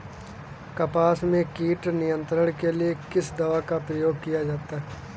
कपास में कीट नियंत्रण के लिए किस दवा का प्रयोग किया जाता है?